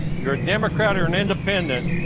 you're a democrat, or an independent,